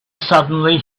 suddenly